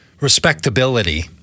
respectability